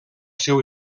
seu